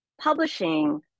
publishing